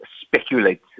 speculate